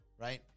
right